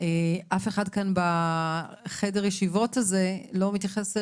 אף אחד כאן בחדר ישיבות הזה לא מתייחס לארגונים,